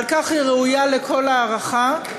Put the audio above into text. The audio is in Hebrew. על כך היא ראויה לכל ההערכה.